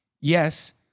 yes